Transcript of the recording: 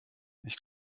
ich